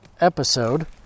episode